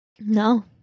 No